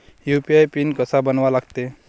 UPI PIN कसा बनवा लागते?